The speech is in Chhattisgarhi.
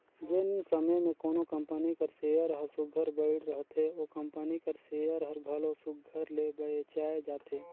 जेन समे में कोनो कंपनी कर सेयर हर सुग्घर बइढ़ रहथे ओ कंपनी कर सेयर हर घलो सुघर ले बेंचाए जाथे